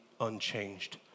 unchanged